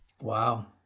Wow